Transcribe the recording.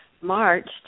March